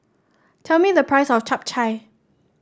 tell me the price of Chap Chai